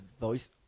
voice